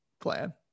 plan